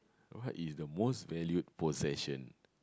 what is your most valued possession